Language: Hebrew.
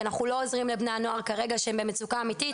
אנחנו לא עוזרים לבני הנוער כרגע שהם במצוקה אמיתית.